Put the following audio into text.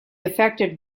affected